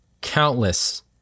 countless